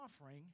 offering